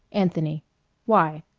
anthony why?